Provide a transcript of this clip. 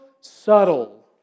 subtle